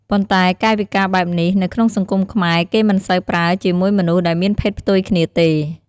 ប៉ុន្តែកាយវិការបែបនេះ នៅក្នុងសង្គមខ្មែរគេមិនសូវប្រើជាមួយមនុស្សដែរមានភេទផ្ទុយគ្នាទេ។